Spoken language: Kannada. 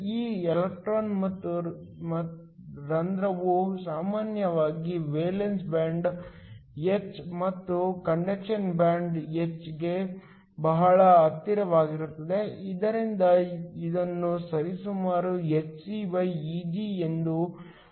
ಈ ಎಲೆಕ್ಟ್ರಾನ್ ಮತ್ತು ರಂಧ್ರವು ಸಾಮಾನ್ಯವಾಗಿ ವೇಲೆನ್ಸಿ ಬ್ಯಾಂಡ್ h ಮತ್ತು ಕಂಡಕ್ಷನ್ ಬ್ಯಾಂಡ್ h ಗೆ ಬಹಳ ಹತ್ತಿರವಾಗಿರುತ್ತದೆ ಇದರಿಂದ ಇದನ್ನು ಸರಿಸುಮಾರು hcEg ಎಂದು ಬರೆಯಬಹುದು